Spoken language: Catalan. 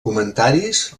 comentaris